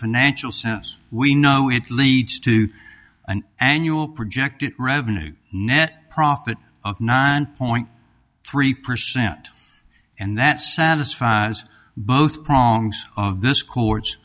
financial sense we know it leads to an annual project at revenue net profit of nine point three percent and that satisfy both prongs of this co